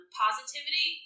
positivity